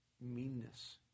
meanness